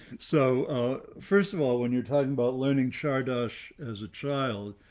so first of all, when you're talking about learning shar dazs, as a child,